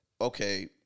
okay